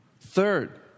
Third